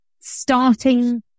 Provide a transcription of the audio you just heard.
starting